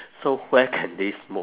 so where can they smoke